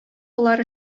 болар